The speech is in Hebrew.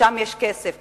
לשם יש כסף.